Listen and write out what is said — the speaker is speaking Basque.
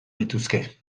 lituzke